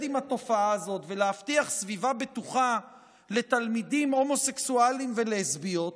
עם התופעה הזאת ולהבטיח סביבה בטוחה לתלמידים הומוסקסואלים ולסביות,